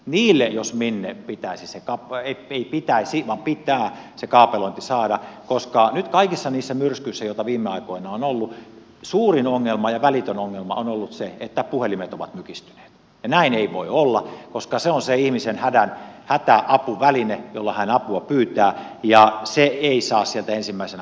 niille jos minne pitäisi ei pitäisi vaan pitää se kaapelointi saada koska nyt kaikissa niissä myrskyissä joita viime aikoina on ollut suurin ongelma ja välitön ongelma on ollut se että puhelimet ovat mykistyneet ja näin ei voi olla koska se on se ihmisen hätäapuväline jolla hän apua pyytää ja se ei saa sieltä ensimmäisenä katketa